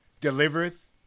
delivereth